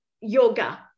yoga